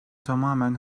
tamamen